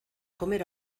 comer